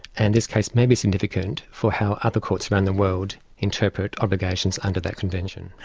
and this case may be significant for how other courts around the world interpret obligations under that convention.